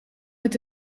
met